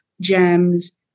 gems